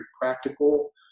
practical